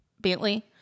Bentley